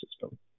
system